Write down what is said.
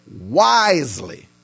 wisely